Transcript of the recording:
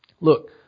Look